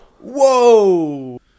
Whoa